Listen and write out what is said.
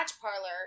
parlor